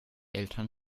eltern